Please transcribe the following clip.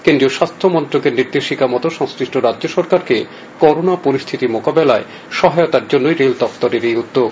কেন্দ্রীয় স্বাস্যমন্ত্রকের নির্দেশিকা মতো সংশ্লিষ্ট রাজ্য সরকারকে করোনা পরিস্থিতি মোকাবেলায় সহায়তার জন্যই রেলদপ্তরের এই উদ্যোগ